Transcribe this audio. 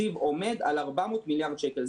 התקציב עומד על 400 מיליארד שקל,